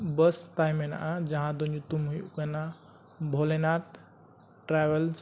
ᱵᱟᱥ ᱛᱟᱭ ᱢᱮᱱᱟᱜᱼᱟ ᱡᱟᱦᱟᱸ ᱫᱚ ᱧᱩᱛᱩᱢ ᱦᱩᱭᱩᱜ ᱠᱟᱱᱟ ᱵᱷᱳᱞᱮᱱᱟᱛᱷ ᱴᱨᱟᱵᱷᱮᱞᱥ